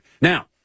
Now